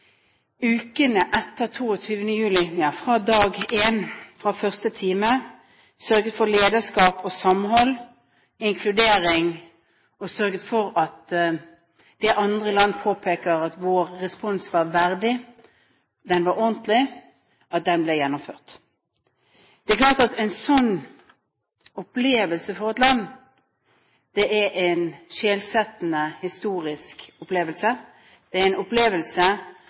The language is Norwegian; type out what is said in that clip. ukene etter 22. juli fra dag én – fra første time – sørget for lederskap og samhold, inkludering og for det andre land påpeker, at vår respons var verdig, den var ordentlig, og den ble gjennomført. Det er klart at en slik opplevelse for et land er en skjellsettende historisk opplevelse. Det er en opplevelse